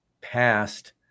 past